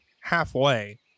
halfway